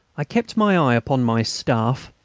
i kept my eye upon my staff,